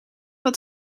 wat